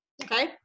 Okay